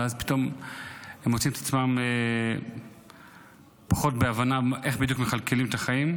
ופתאום הם מוצאים את עצמם פחות מבינים איך בדיוק מכלכלים את החיים,